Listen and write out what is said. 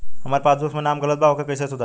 हमार पासबुक मे नाम गलत बा ओके कैसे सुधार होई?